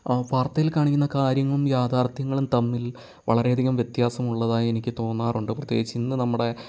വാർത്തയിൽ കാണിക്കുന്ന കാര്യങ്ങളും യാഥാർത്ഥ്യങ്ങളും തമ്മിൽ വളരെയധികം വ്യത്യാസമുള്ളതായി എനിക്ക് തോന്നാറുണ്ട് പ്രത്യേകിച്ച് ഇന്ന് നമ്മുടെ